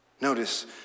Notice